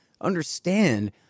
understand